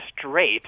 straight